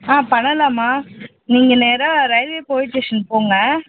ஆ பண்ணலாம்மா நீங்கள் நேராக ரயில்வே போலீஸ் ஸ்டேஷன் போங்க